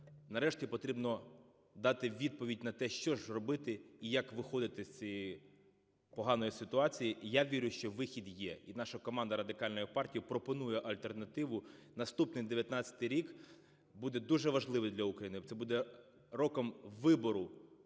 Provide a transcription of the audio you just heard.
Нарешті потрібно дати відповідь на те, що ж робити і як виходити з цієї поганої ситуації. І я вірю, що вихід є, і наша команда Радикальної партії пропонує альтернативу. Наступний, 19-й рік, буде дуже важливий для України, це буде роком вибору,